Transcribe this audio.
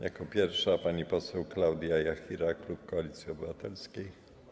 Jako pierwsza pani poseł Klaudia Jachira, klub Koalicji Obywatelskiej.